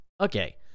okay